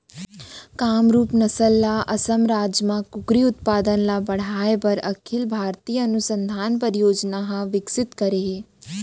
कामरूप नसल ल असम राज म कुकरी उत्पादन ल बढ़ाए बर अखिल भारतीय अनुसंधान परियोजना हर विकसित करे हे